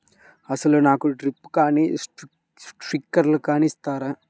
అసలు నాకు డ్రిప్లు కానీ స్ప్రింక్లర్ కానీ ఇస్తారా?